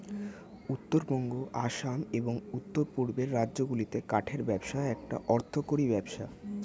উত্তরবঙ্গ, আসাম, এবং উওর পূর্বের রাজ্যগুলিতে কাঠের ব্যবসা একটা অর্থকরী ব্যবসা